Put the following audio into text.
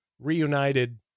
reunited